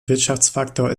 wirtschaftsfaktor